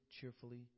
cheerfully